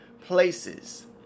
places